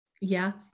yes